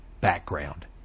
Background